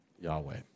Yahweh